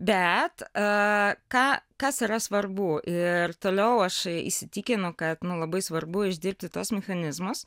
bet ką kas yra svarbu ir toliau aš įsitikinu kad labai svarbu uždirbti tuos mechanizmus